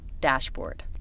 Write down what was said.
dashboard